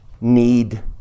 need